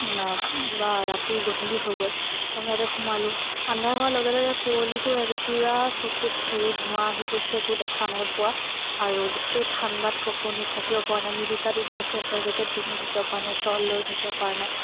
ৰাতি গধূলি হৈ গ'ল আমি তাতে সোমালো আন্ধাৰ হোৱাৰ লগে লগে কুঁৱলিটোৱে পূৰা চকুত হেৰি ধোঁৱা আহি গৈছে একো দেখা নাইপোৱা আৰু গোটেই ঠাণ্ডাত কঁপনিত থাকিব পৰা নাই আমি দুটা তিনিটা চুৱেতাৰ জেকেট পিন্ধিও থাকিব পৰা নাই শ্ব'ল লৈয়ো থাকিব পৰা নাই